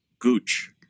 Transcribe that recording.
Gooch